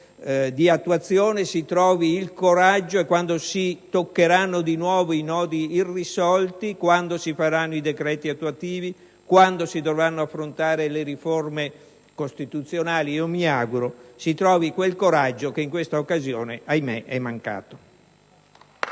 di attuazione, quando si toccheranno di nuovo i nodi irrisolti, quando si faranno i decreti attuativi, quando si dovranno affrontare le riforme costituzionali, si trovi quel coraggio che in questa occasione, ahimè, è mancato.